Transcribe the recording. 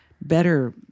better